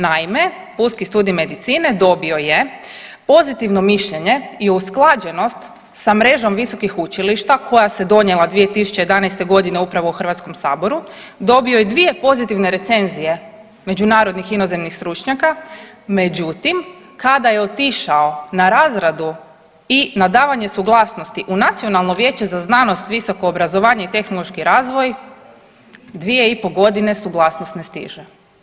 Naime, Pulski studij medicine dobio je pozitivno mišljenje i usklađenost sa mrežom visokih učilišta koja se donijela 2011.g. upravo u HS, dobio je dvije pozitivne recenzije međunarodnih inozemnih stručnjaka, međutim kada je otišao na razradu i na davanje suglasnosti u Nacionalno vijeće za znanost, visoko obrazovanje i tehnološki razvoj dvije i pol godine suglasnost ne stiže.